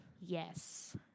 yes